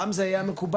פעם זה היה מקובל,